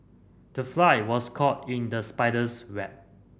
the fly was caught in the spider's web